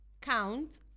count